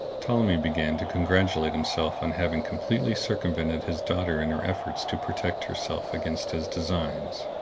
ptolemy began to congratulate himself on having completely circumvented his daughter in her efforts to protect herself against his designs.